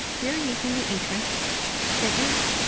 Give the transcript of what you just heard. we're using the interests fitness,